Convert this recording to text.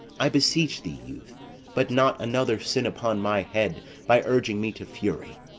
i beseech thee, youth but not another sin upon my head by urging me to fury.